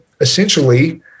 essentially